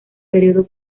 período